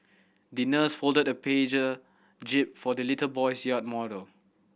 the nurse folded a jib for the little boy's yacht model